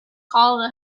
call